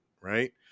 right